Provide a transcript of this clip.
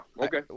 okay